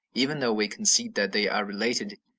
even though we concede that they are related.